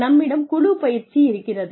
நம்மிடம் குழு பயிற்சி இருக்கிறது